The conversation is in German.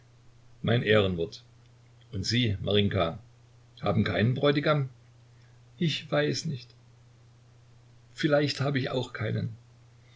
mein ehrenwort und sie marinjka haben keinen bräutigam ich weiß nicht vielleicht habe ich auch keinen